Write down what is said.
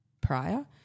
prior